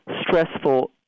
stressful